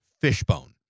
Fishbone